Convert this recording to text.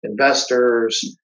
investors